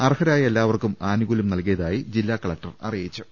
അർഹരായ എല്ലാവർക്കും ആനുകൂല്യം നൽകിയതായി ജില്ലാ കല ക്ടർ അറിയിച്ചു